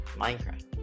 Minecraft